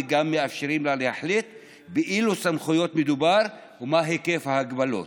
וגם מאפשרים לה להחליט באילו סמכויות מדובר ומה היקף ההגבלות.